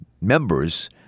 members